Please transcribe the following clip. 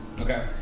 Okay